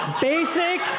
Basic